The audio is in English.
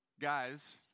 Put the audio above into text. guys